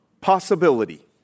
possibility